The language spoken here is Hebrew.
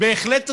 הם בהחלט ראויים,